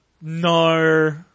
No